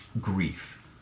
grief